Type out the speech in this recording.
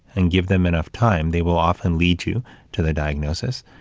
and give them enough time, they will often lead you to the diagnosis.